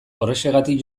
horrexegatik